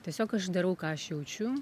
tiesiog aš darau ką aš jaučiu